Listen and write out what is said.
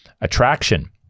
attraction